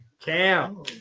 Cam